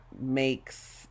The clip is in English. makes